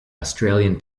australian